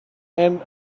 and